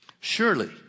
Surely